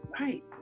Right